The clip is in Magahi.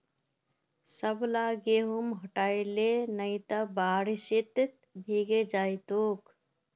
सबला गेहूं हटई ले नइ त बारिशत भीगे जई तोक